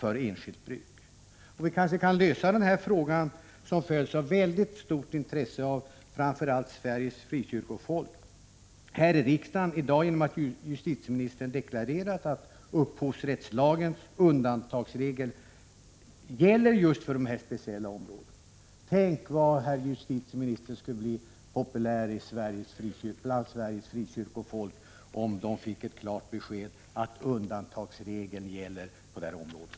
Vi kan kanske lösa den här frågan, som följs med väldigt stort intresse av framför allt Sveriges frikyrkofolk, i dag genom att justitieministern deklarerar att upphovsrättslagens undantagsregel just gäller för dessa inspelningar. Tänk vad justitieministern skulle bli populär bland Sveriges frikyrkofolk, om de fick ett klart besked att undantagsregeln gäller på det här området!